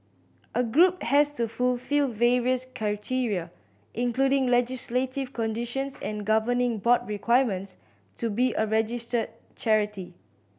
a group has to fulfil various criteria including legislative conditions and governing board requirements to be a registered charity